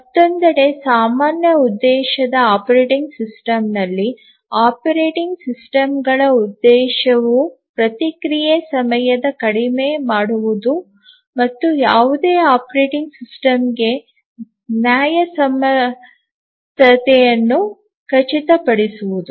ಮತ್ತೊಂದೆಡೆ ಸಾಮಾನ್ಯ ಉದ್ದೇಶದ ಆಪರೇಟಿಂಗ್ ಸಿಸ್ಟಂನಲ್ಲಿ ಆಪರೇಟಿಂಗ್ ಸಿಸ್ಟಂಗಳ ಉದ್ದೇಶವು ಪ್ರತಿಕ್ರಿಯೆ ಸಮಯವನ್ನು ಕಡಿಮೆ ಮಾಡುವುದು ಮತ್ತು ಯಾವುದೇ ಆಪರೇಟಿಂಗ್ ಸಿಸ್ಟಮ್ಗೆ ನ್ಯಾಯಸಮ್ಮತೆಯನ್ನು ಖಚಿತಪಡಿಸುವುದು